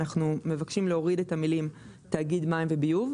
אנחנו מבקשים להוריד את המילים "תאגיד מים וביוב",